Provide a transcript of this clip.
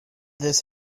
this